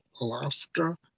Alaska